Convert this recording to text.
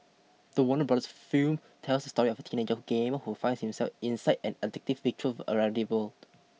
the Warner Brothers film tells the story of a teenage gamer who finds himself inside an addictive virtual around the world